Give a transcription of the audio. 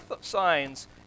signs